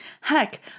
Heck